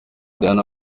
diana